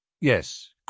Yes